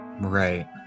Right